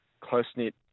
close-knit